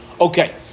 Okay